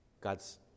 God's